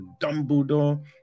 Dumbledore